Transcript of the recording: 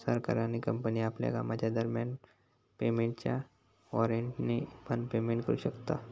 सरकार आणि कंपनी आपल्या कामाच्या दरम्यान पेमेंटच्या वॉरेंटने पण पेमेंट करू शकता